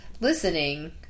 listening